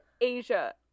Asia